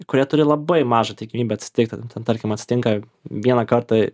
kurie turi labai mažą tikimybę atsitikti nu ten tarkim atsitinka vieną kartą